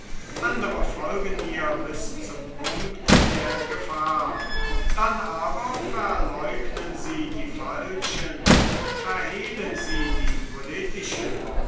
andre folgen ihr bis zum punkt der gefahr dann aber verleugnen sie die falschen verhehlen sie die politischen